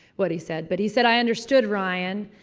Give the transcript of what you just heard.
what he said. but he said, i understood ryan.